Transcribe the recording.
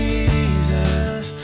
Jesus